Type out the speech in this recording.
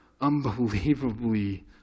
unbelievably